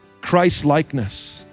Christ-likeness